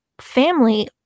family